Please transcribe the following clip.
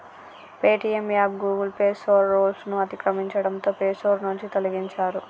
Paytm app Google Play Store rules ని అతిక్రమించడంతో Play Store నుంచి తొలగించారు